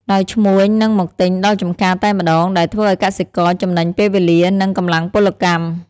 ដោយឈ្មួញនឹងមកទិញដល់ចម្ការតែម្ដង ដែលធ្វើឱ្យកសិករចំណេញពេលវេលា និងកម្លាំងពលកម្ម។